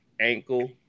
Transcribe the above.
ankle